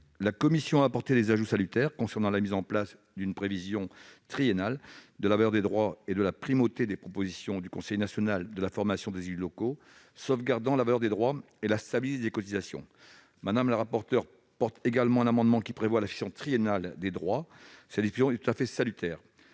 La commission a apporté des ajouts salutaires concernant la mise en place d'une prévision triennale de la valeur des droits et la primauté des propositions du CNFEL, sauvegardant la valeur des droits et la stabilité des cotisations. Mme la rapporteure porte également un amendement visant la fusion triennale des droits. Cette disposition est tout à fait salutaire.